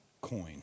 coin